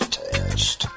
test